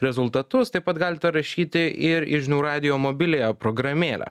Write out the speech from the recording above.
rezultatus taip pat galite rašyti ir į žinių radijo mobiliąją programėlę